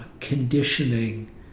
conditioning